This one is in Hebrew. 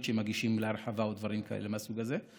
שמגישים להרחבה או דברים מהסוג הזה.